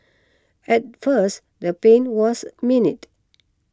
at first the pain was minute